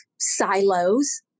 silos